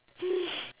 mm